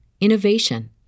innovation